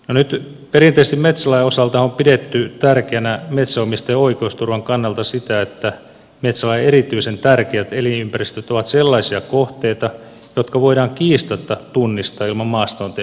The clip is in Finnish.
nyt perinteisesti metsälain osalta on pidetty tärkeänä metsänomistajan oikeusturvan kannalta sitä että metsälain erityisen tärkeät elinympäristöt ovat sellaisia kohteita jotka voidaan kiistatta tunnistaa ilman maastoon tehtävää rajausta